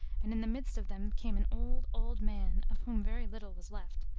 and in the midst of them came an old, old man, of whom very little was left,